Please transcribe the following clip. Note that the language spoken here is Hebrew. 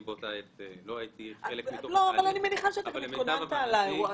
אני באותה עת לא הייתי חלק מתוך -- אני מניחה שהתכוננת לאירוע.